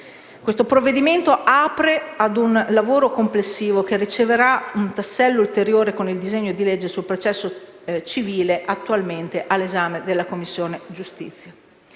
Questo provvedimento apre a un lavoro complessivo che riceverà un tassello ulteriore con il disegno di legge sul processo civile, attualmente all'esame della Commissione giustizia.